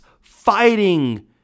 fighting